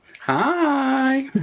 Hi